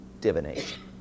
divination